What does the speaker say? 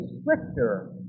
stricter